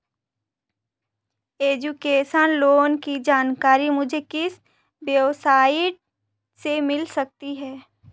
Education loan की जानकारी मुझे किस वेबसाइट से मिल सकती है?